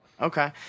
Okay